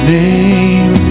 name